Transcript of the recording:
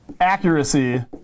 accuracy